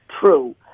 True